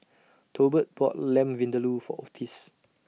Tolbert bought Lamb Vindaloo For Otis